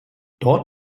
dort